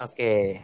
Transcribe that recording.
Okay